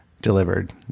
delivered